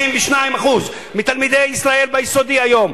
52% מתלמידי ישראל ביסודי היום,